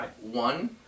one